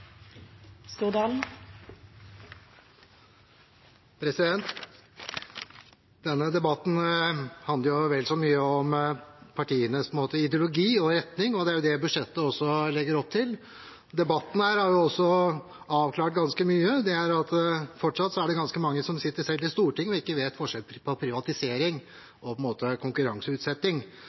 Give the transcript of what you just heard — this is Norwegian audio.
etter kvart. Denne debatten handler på en måte vel så mye om partienes ideologi og retning, og det er også det budsjettet legger opp til. Debatten har avklart ganske mye. Det er at det selv i Stortinget fortsatt er ganske mange som sitter og ikke vet forskjellen på privatisering og konkurranseutsetting. Så vidt jeg vet, når en ser selskapsstrukturen på